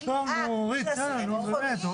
בתת-ריבונות,